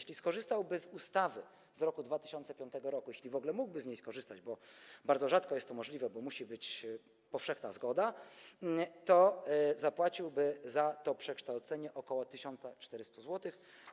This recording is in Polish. Gdyby skorzystał z ustawy z roku 2005 r., jeśli w ogóle mógłby z niej skorzystać, bo bardzo rzadko jest to możliwe, gdyż musi być powszechna zgoda, to zapłaciłby za to przekształcenie ok. 1400 zł.